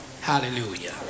Hallelujah